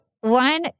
one